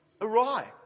awry